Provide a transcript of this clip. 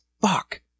Fuck